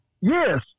Yes